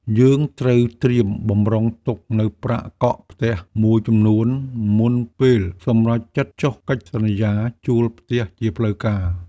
យើងត្រូវត្រៀមបម្រុងទុកនូវប្រាក់កក់ផ្ទះមួយចំនួន មុនពេលសម្រេចចិត្តចុះកិច្ចសន្យាជួលផ្ទះជាផ្លូវការ។